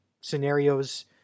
scenarios